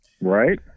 Right